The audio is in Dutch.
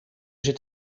zit